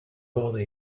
bother